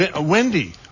Wendy